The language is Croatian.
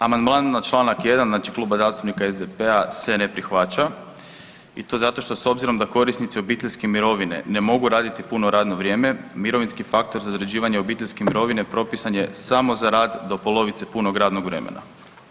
Amandman na čl. 1 Kluba zastupnika SDP-a se ne prihvaća i to zato što s obzirom da korisnici obiteljske mirovine ne mogu raditi puno radno vrijeme mirovinski faktor za određivanje obiteljske mirovine propisan je samo za rad do polovice punog radnog vremena.